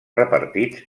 repartits